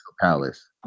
Palace